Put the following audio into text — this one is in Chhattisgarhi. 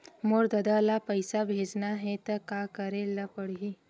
मोर ददा ल पईसा भेजना हे त का करे ल पड़हि?